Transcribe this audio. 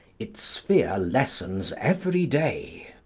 its sphere lessens every day.